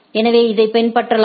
எனவே இதைப் பின்பற்றலாம்